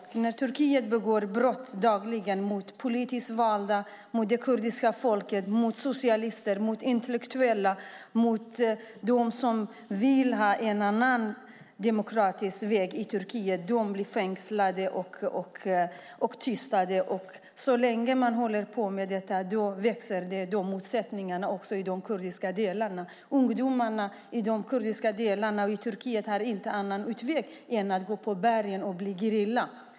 Turkiet begår dagligen brott mot politiskt valda, det kurdiska folket, socialister och intellektuella. De som vill ha en annan demokratisk väg i Turkiet blir fängslade och tystade. Så länge man håller på med detta växer motsättningarna också i de kurdiska delarna. Ungdomarna i de kurdiska delarna av Turkiet har ingen annan utväg än att gå upp i bergen och bli gerilla.